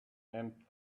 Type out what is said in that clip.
and